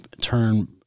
turn